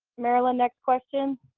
marilyn next question.